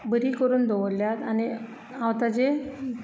बरीं करून दवरल्यात आनी हांव ताजी